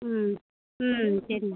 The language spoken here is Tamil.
ம் ம் சரி மேம்